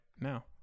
now